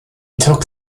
took